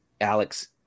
Alex